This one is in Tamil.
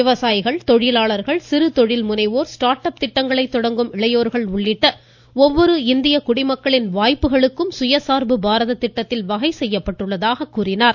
விவசாயிகள் தொழிலாளர்கள் சிறு தொழில் முனைவோர் ஸ்டார்ட் அப் திட்டங்களை தொடங்கும் இளையோர்கள் உள்ளிட்ட ஒவ்வொரு இந்திய குடிமக்களின் வாய்ப்புகளுக்கும் சுயசார்பு பாரத திட்டத்தில் வகை செய்யப்பட்டுள்ளதாக கூறினார்